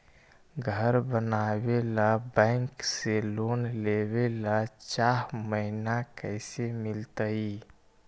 घर बनावे ल बैंक से लोन लेवे ल चाह महिना कैसे मिलतई?